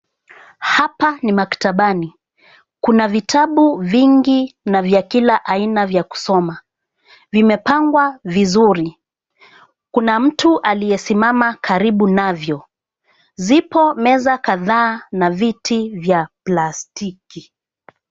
Hapa ni maktabani, kuna vitabu vingi na vya kila aina vya kusoma, vimepangwa vizuri. Kuna mtu aliyesimama karibu navyo. Zipo meza kadhaa na viti vya plastiki.